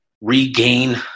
regain